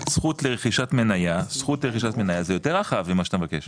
זכות לרכישת מניה זה יותר רחב ממה שאתה מבקש.